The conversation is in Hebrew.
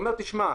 הוא אומר: תשמע,